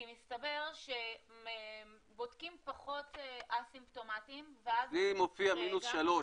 כי מסתבר שבודקים פחות א-סימפטומטיים --- לי מופיע מינוס 3,